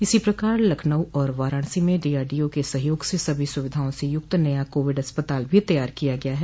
इसी प्रकार लखनऊ और वाराणसी में डोआरडीओ के सहयोग से सभी सुविधाओं से युक्त नया कोविड अस्पताल भी तैयार किया गया है